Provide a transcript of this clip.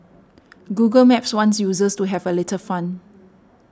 Google Maps wants users to have a little fun